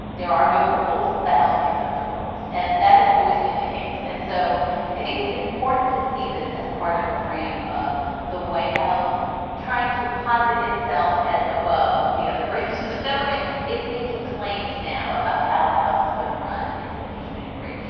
there are no rules the house makes up the rules. and that has always been the case. and so i think it's important to see this as part of a frame of the white house trying to posit itself as above the other branches of government it's making claims now about how the house is going to run its impeachment inquiry.